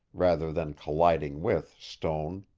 rather than colliding with, stone.